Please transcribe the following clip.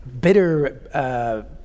bitter